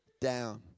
down